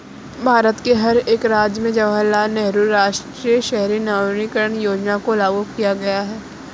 भारत के हर एक राज्य में जवाहरलाल नेहरू राष्ट्रीय शहरी नवीकरण योजना को लागू किया गया है